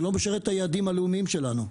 זה לא משרת את היעדים הלאומיים שלנו.